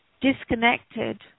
disconnected